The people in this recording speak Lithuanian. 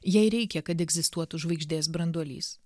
jai reikia kad egzistuotų žvaigždės branduolys